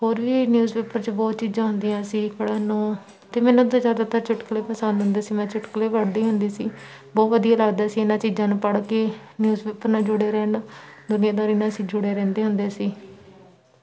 ਹੋਰ ਵੀ newspaper 'ਚ ਬਹੁਤ ਚੀਜ਼ਾਂ ਹੁੰਦੀਆਂ ਸੀ ਪੜ੍ਹਨ ਨੂੰ ਅਤੇ ਮੈਨੂੰ ਤਾਂ ਜ਼ਿਆਦਾਤਰ ਚੁਟਕਲੇ ਪਸੰਦ ਹੁੰਦੇ ਸੀ ਮੈਂ ਚੁਟਕਲੇ ਪੜ੍ਹਦੀ ਹੁੰਦੀ ਸੀ ਬਹੁਤ ਵਧੀਆ ਲੱਗਦਾ ਸੀ ਇਹਨਾਂ ਚੀਜ਼ਾਂ ਨੂੰ ਪੜ੍ਹ ਕੇ ਨਿਊਜ਼ ਪੇਪਰ ਨਾਲ ਜੁੜੇ ਰਹਿਣ ਦੁਨੀਆਦਾਰੀ ਨਾਲ ਅਸੀਂ ਜੁੜੇ ਰਹਿੰਦੇ ਹੁੰਦੇ ਸੀ